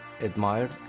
admired